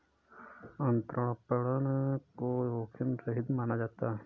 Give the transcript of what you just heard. अंतरपणन को जोखिम रहित माना जाता है